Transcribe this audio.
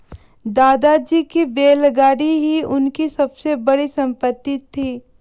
दादाजी की बैलगाड़ी ही उनकी सबसे बड़ी संपत्ति थी